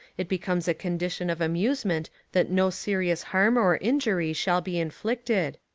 it becomes a condition of amusement that no serious harm or injury shall be inflicted,